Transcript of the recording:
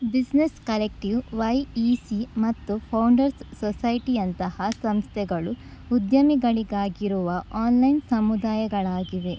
business collective Y E C ಮತ್ತು founders ಸೊಸೈಟಿಯಂತಹ ಸಂಸ್ಥೆಗಳು ಉದ್ಯಮಿಗಳಿಗಾಗಿರುವ ಆನ್ಲೈನ್ ಸಮುದಾಯಗಳಾಗಿವೆ